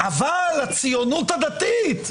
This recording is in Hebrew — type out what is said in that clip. אבל הציונות הדתית,